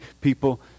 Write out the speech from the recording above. people